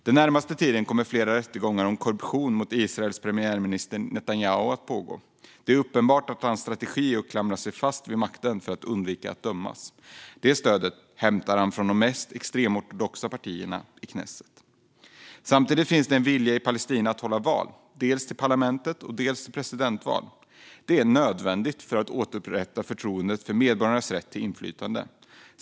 Den närmaste tiden kommer flera rättegångar om korruption mot Israels premiärminister Netanyahu att pågå. Det är uppenbart att hans strategi är att klamra sig fast vid makten för att undvika att dömas. Det stödet hämtar han från de mest extremortodoxa partierna i knesset. Det finns en vilja i Palestina att hålla val, dels val till parlamentet, dels val av president. Det är nödvändigt för att återupprätta förtroendet för medborgarnas rätt till inflytande.